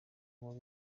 mubi